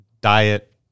diet